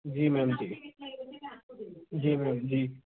जी ma'am जी जी ma'am जी